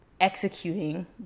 executing